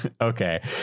Okay